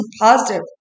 positive